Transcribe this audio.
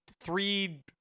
three